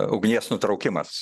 ugnies nutraukimas